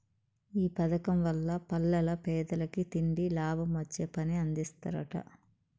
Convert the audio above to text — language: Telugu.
ఈ పదకం వల్ల పల్లెల్ల పేదలకి తిండి, లాభమొచ్చే పని అందిస్తరట